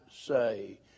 say